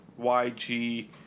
YG